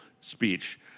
speech